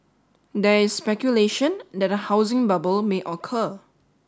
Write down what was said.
there is speculation that a housing bubble may occur